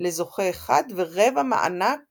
לזוכה אחד ורבע מענק